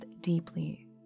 deeply